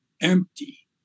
empty